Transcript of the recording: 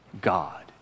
god